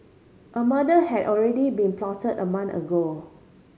a murder had already been plotted a month ago